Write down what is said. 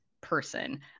person